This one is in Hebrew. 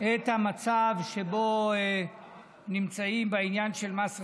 את המצב שבו נמצאים בעניין של מס רכישה.